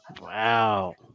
Wow